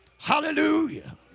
Hallelujah